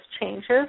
changes